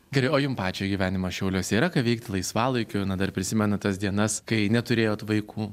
gerai o jum pačiai gyvenimas šiauliuose yra ką veikti laisvalaikiu na dar prisimenat tas dienas kai neturėjot vaikų